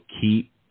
keep